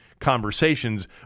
conversations